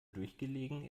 durchgelegen